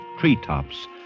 treetops